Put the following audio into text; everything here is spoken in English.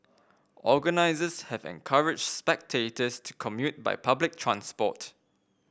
organisers have encouraged spectators to commute by public transport